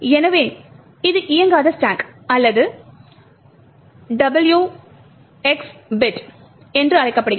எனவே இது இயங்காத ஸ்டாக் அல்லது W X பிட் என்று அழைக்கப்படுகிறது